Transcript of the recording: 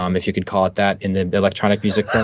um if you could call it that, in the electronic music